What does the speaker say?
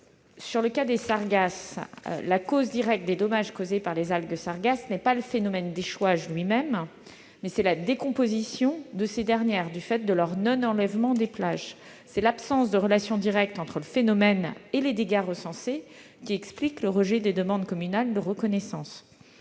un caractère anormal. La cause directe des dommages causés par les algues sargasses n'est pas le phénomène d'échouage lui-même, mais c'est la décomposition de ces dernières du fait de leur non-enlèvement des plages. C'est l'absence de relation directe entre le phénomène et les dégâts recensés qui explique le rejet des demandes communales de reconnaissance.